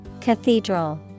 Cathedral